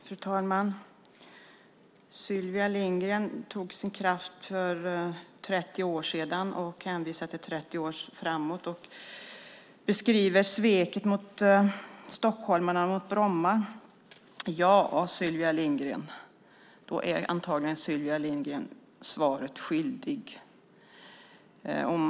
Fru talman! Sylvia Lindgren tog sin kraft från det som hände för 30 år sedan och hänvisade 30 år framåt och beskriver sveket mot stockholmarna och Bromma. Sylvia Lindgren är antagligen svaret skyldig.